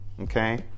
okay